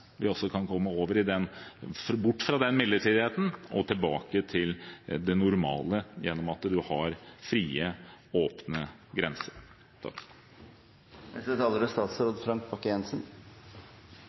vi kan komme bort fra den midlertidigheten og tilbake til det normale, at en har frie, åpne grenser. Takk for innleggene, som er